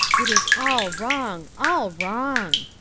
it is all wrong, all wrong.